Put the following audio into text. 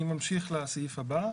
אני ממשיך לסעיף הבא.